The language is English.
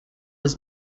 was